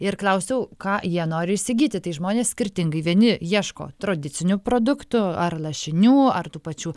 ir klausiau ką jie nori įsigyti tai žmonės skirtingai vieni ieško tradicinių produktų ar lašinių ar tų pačių